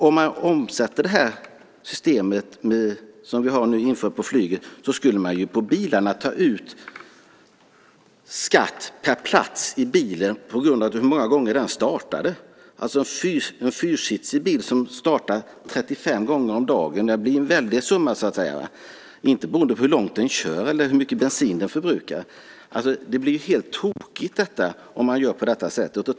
Om man omsätter systemet som vi nu har infört på flyget till bilar, skulle man ta ut skatt per plats i bilen på grund av hur många gånger den startade. Om en fyrsitsig bil startar 35 gånger om dagen blir det en väldig summa, men inte beroende på hur långt den kör eller hur mycket bensin den förbrukar. Det blir helt tokigt om man gör på detta sätt.